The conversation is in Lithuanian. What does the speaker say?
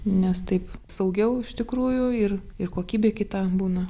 nes taip saugiau iš tikrųjų ir ir kokybė kita būna